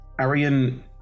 Arian